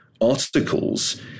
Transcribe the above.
articles